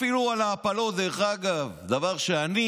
אפילו על ההפלות, דרך אגב, דבר שאני,